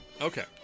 Okay